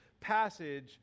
passage